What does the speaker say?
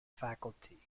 faculty